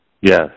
Yes